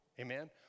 Amen